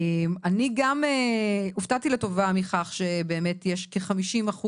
אני גם הופתעתי לטובה מכך שבאמת כ - 50%